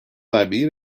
vermeyi